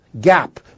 gap